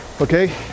Okay